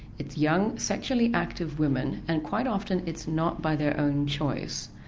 it's young sexually active women and quite often it's not by their own choice.